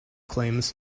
claims